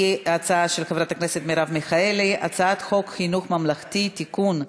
היא הצעה של חברת הכנסת מרב מיכאלי: הצעת חוק חינוך ממלכתי (תיקון,